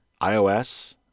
iOS